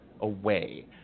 away